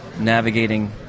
navigating